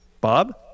Bob